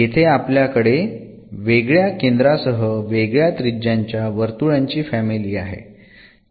येथे आपल्याकडे वेगळ्या केंद्रासह वेगळ्या त्रिज्यांच्या वर्तुळांची फॅमिली आहे